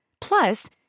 Plus